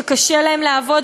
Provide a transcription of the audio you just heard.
שקשה להם לעבוד,